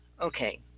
okay